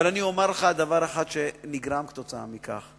אבל אני אומר לך דבר אחד שנגרע כתוצאה מכך,